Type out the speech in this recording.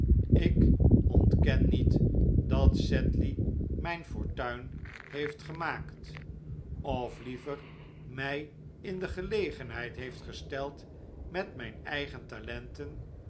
ik ontken niet dat sedley mijn fortuin heeft gemaakt of liever mij in de gelegenheid heeft gesteld met mijn eigen talenten